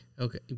Okay